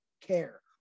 care